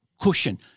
cushion